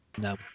No